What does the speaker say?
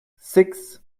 six